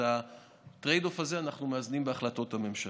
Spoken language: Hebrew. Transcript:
את ה-trade off הזה אנחנו מאזנים בהחלטות הממשלה.